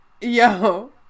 Yo